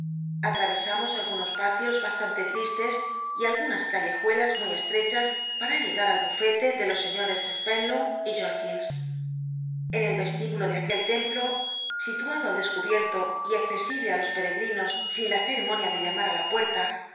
atrayesamos algunos patios bastante llisles y algunas callejuelas muy estrechas para llegar al bufete de los seiíores spenlow y j orkins bn el vestíbulo de aquel templo situado al descubieto y accesible á los pet cgrinos sin la ceremonia de llamar á la puerta